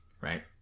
right